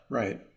right